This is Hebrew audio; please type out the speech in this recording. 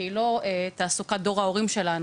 שהיא לא תעסוקת דור ההורים שלנו,